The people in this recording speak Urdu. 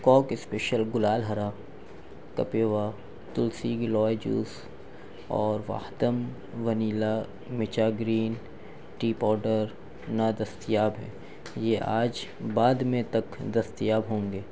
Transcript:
کاک اسپیشل گلال ہرا کپیوا تلسی گیلوئے جوس اور واہدم vanilla matcha green tea powder نادستیاب ہیں یہ آج بعد میں تک دستیاب ہوں گے